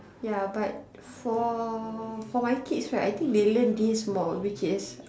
ya but for for my kids right I think they learn this more which is